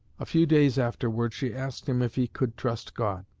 a few days afterward she asked him if he could trust god.